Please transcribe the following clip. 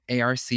ARC